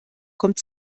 kommt